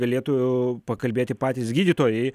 galėtų pakalbėti patys gydytojai